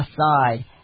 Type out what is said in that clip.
aside